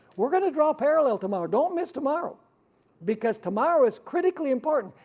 we are gonna draw a parallel tomorrow, don't miss tomorrow because tomorrow is critically important,